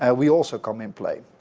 and we also come in play.